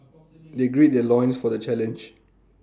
they grill their loins for the challenge